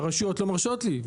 הרשויות לא מרשות לי.